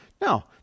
Now